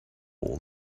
all